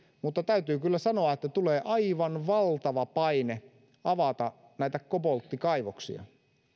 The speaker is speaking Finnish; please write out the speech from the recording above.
mutta täytyy kyllä sanoa että tulee aivan valtava paine avata näitä kobolttikaivoksia